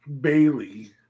Bailey